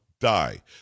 die